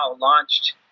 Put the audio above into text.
launched